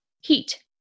Heat